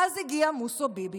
ואז הגיע מוסוביבי